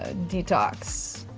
ah detox.